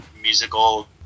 musical